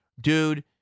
Dude